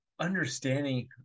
understanding